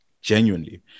genuinely